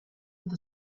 with